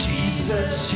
Jesus